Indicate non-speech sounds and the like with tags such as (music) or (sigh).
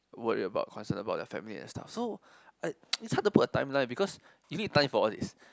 worried about concern about their family and stuff so I (noise) it's hard to put a timeline because you need time for all these